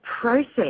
process